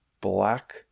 black